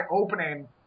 opening